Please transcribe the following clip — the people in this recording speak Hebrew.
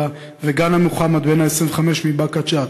וגאנם מוחמד בן ה-25 מבאקה ג'ת.